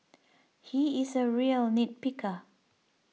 he is a real nit picker